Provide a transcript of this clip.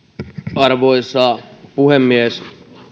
arvoisa puhemies